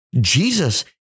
Jesus